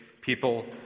people